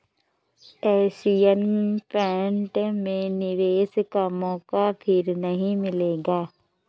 Asian paint में निवेश का मौका फिर नही मिलेगा